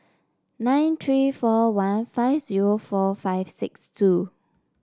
nine three four one five zero four five six two